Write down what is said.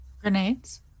Grenades